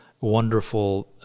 wonderful